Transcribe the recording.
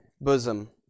bosom